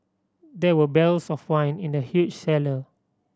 there were barrels of wine in the huge cellar